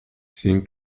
sin